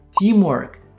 teamwork